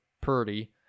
Purdy